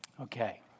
Okay